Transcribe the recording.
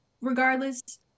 regardless